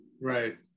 Right